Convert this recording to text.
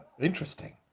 Interesting